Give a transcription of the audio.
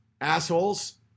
assholes